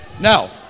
Now